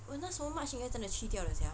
我那时候 march 应该真的去掉了:ying gai zhen de qu diao liao sia